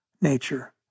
nature